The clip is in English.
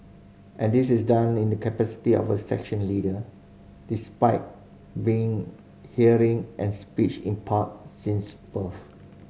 and this is done in the capacity as a section leader despite being hearing and speech impaired since birth